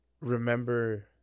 remember